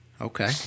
Okay